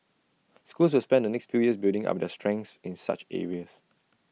schools will spend the next few years building up their strengths in such areas